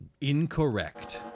Incorrect